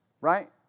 Right